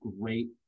great